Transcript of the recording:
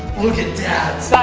look at dad's!